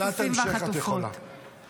בשאלת המשך את יכולה את זה.